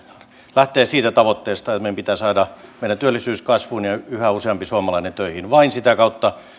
lähtevät siitä tavoitteesta että meidän pitää saada meidän työllisyys kasvuun ja yhä useampi suomalainen töihin vain sitä kautta